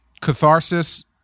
catharsis